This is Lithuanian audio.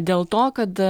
dėl to kad